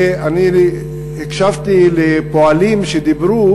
אני הקשבתי לפועלים שדיברו.